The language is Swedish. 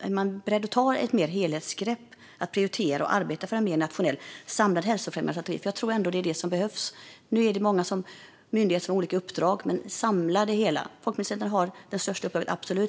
Är man beredd att ta mer av ett helhetsgrepp och att prioritera och arbeta för en mer nationell samlad hälsofrämjande strategi? Jag tror att det är det som behövs. Nu är det många myndigheter som har olika uppdrag. Samla det hela! Folkhälsomyndigheten har det största uppdraget - absolut.